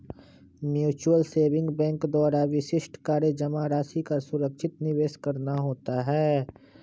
mutual saving bank का विशिष्ट कार्य जमा राशि का सुरक्षित निवेश करना होता है